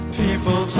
people